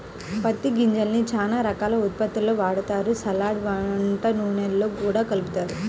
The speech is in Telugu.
పత్తి గింజల్ని చానా రకాల ఉత్పత్తుల్లో వాడతారు, సలాడ్, వంట నూనెల్లో గూడా కలుపుతారు